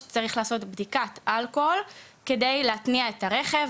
שצריך לעשות בדיקת אלכוהול כדי להתניע את הרכב.